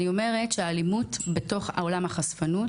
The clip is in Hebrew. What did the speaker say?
אני אומרת שהאלימות בתוך עולם החשפנות